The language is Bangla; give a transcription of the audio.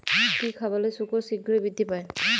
কি খাবালে শুকর শিঘ্রই বৃদ্ধি পায়?